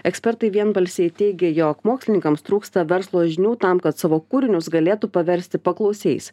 ekspertai vienbalsiai teigia jog mokslininkams trūksta verslo žinių tam kad savo kūrinius galėtų paversti paklausiais